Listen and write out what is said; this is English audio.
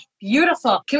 beautiful